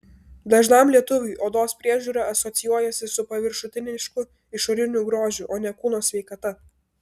dažnam lietuviui odos priežiūra asocijuojasi su paviršutinišku išoriniu grožiu o ne kūno sveikata